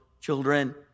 children